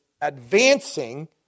advancing